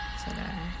today